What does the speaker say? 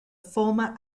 former